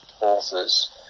authors